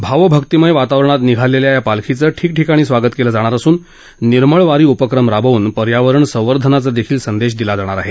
भावभक्तिमय वातावरणात निघालेल्या या पालखीचे ठिकठिकाणी स्वागत केले जाणार असून निर्मळ वारी उपक्रम राबवून पर्यावरण संवर्धनाचादेखील संदेश दिला जाणार आहे